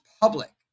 public